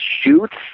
shoots